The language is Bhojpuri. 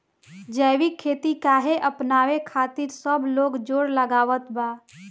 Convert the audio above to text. जैविक खेती काहे अपनावे खातिर सब लोग जोड़ लगावत बा?